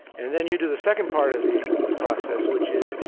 and then you do the second part of the process, which is,